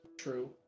True